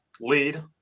lead